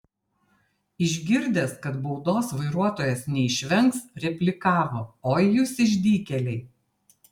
išgirdęs kad baudos vairuotojas neišvengs replikavo oi jūs išdykėliai